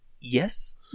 Yes